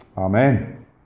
Amen